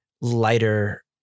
lighter